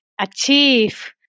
achieve